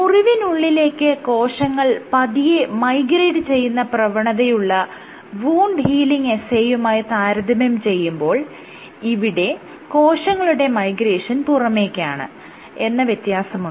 മുറിവിനുള്ളിലേക്ക് കോശങ്ങൾ പതിയെ മൈഗ്രേറ്റ് ചെയ്യുന്ന പ്രവണതയുള്ള വൂണ്ട് ഹീലിങ് എസ്സേയുമായി താരതമ്യം ചെയ്യുമ്പോൾ ഇവിടെ കോശങ്ങളുടെ മൈഗ്രേഷൻ പുറമേക്കാണ് എന്ന വ്യത്യാസമുണ്ട്